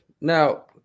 now